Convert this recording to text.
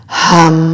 hum